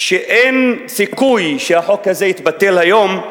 שאין סיכוי שהחוק הזה יתבטל היום,